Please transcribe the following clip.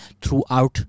throughout